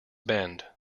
bend